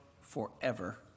forever